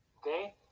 Okay